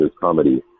comedy